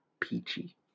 Peachy